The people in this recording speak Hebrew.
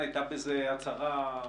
תסתדרו.